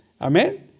Amen